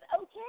Okay